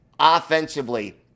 offensively